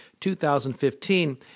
2015